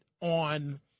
on